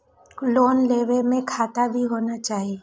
Loan लेबे में खाता भी होना चाहि?